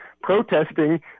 protesting